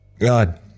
God